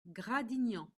gradignan